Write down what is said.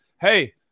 Hey